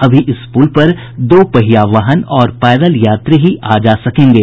अभी इस पुल पर दो पहिया वाहन और पैदल यात्री ही आ जा सकेंगे